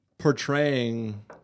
Portraying